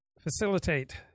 facilitate